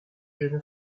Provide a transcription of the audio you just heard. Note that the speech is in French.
jeune